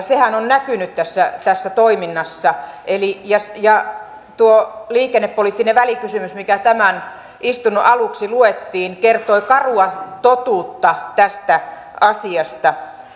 sehän on näkynyt tässä toiminnassa ja tuo liikennepoliittinen välikysymys mikä tämän istunnon aluksi luettiin kertoi karua totuutta tästä asiasta